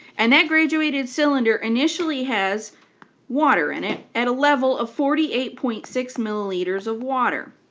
and that graduated cylinder initially has water in it at a level of forty eight point six milliliters of water,